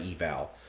eval